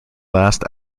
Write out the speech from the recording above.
last